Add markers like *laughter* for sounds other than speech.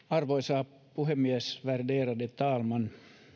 *unintelligible* arvoisa puhemies värderade talman